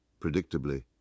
Predictably